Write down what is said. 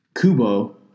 Kubo